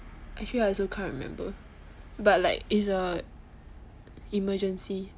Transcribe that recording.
actually I also can't remember but like it's a emergency